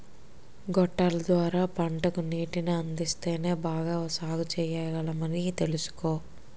గొట్టాల ద్వార పంటకు నీటిని అందిస్తేనే బాగా సాగుచెయ్యగలమని తెలుసుకో